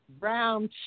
brown